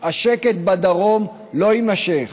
השקט בדרום לא יימשך,